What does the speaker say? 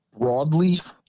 broadleaf